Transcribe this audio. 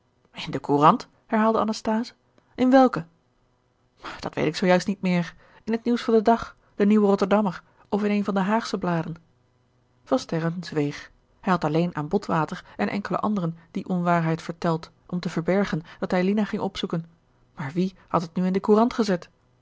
in de courant herhaalde anasthase in welke dat weet ik zoo juist niet meer in het nieuws van den dag de nieuwe rotterdammer of in een van de haagsche bladen van sterren zweeg hij had alleen aan botwater en enkele anderen die onwaarheid verteld om te verbergen dat hij lina ging opzoeken maar wie had het nu in de courant gezet